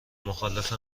مخالف